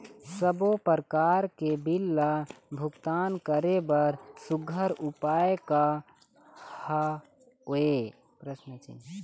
सबों प्रकार के बिल ला भुगतान करे बर सुघ्घर उपाय का हा वे?